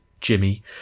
Jimmy